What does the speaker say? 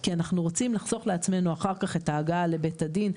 כי אנחנו רוצים לחסוך לעצמנו אחר כך את ההגעה לבית הדין.